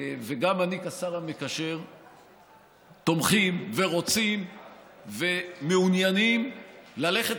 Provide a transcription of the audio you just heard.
וגם אני כשר המקשר תומכים ורוצים ומעוניינים ללכת